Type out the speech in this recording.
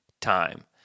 time